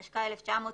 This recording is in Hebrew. התשכ"ה-1965."